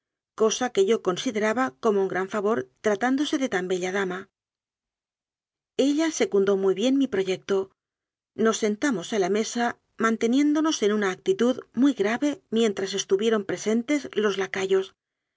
cosa que yo consideraba como un gran favor tratándose de tan bella dama ella secundó muy bien mi proyecto nos sentamos a la mesa manteniéndonos en una actitud muy grave mientras estuvieron presentes los lacayos